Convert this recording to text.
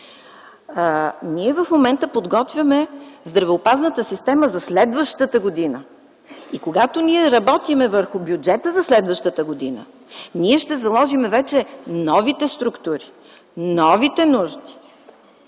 ние в момента подготвяме здравеопазната система за следващата година. И когато ние работим върху бюджета за следващата година, ние ще заложим вече новите структури, новите нужди.